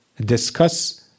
discuss